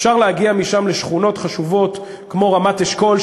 אפשר להגיע משם לשכונות חשובות כמו רמת-אשכול,